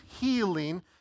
healing